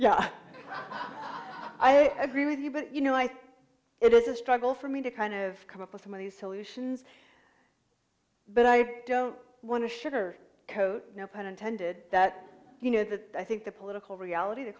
yeah i angry with you but you know i think it is a struggle for me to kind of come up with some of the solutions but i don't want to sugar coat no pun intended that you know that i think the political reality the